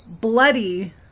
bloody